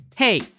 Hey